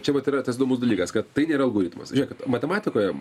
čia vat yra tas įdomus dalykas kad tai nėra algoritmas kad matematikoje